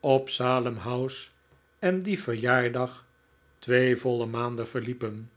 op salem house en dien verjaardag twee voile maanden verliepen